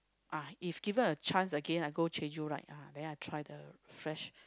ah if given a chance again I go Jeju right ah then I try the fresh